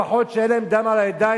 לפחות אלה שאין להם דם על הידיים,